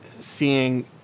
seeing